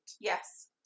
Yes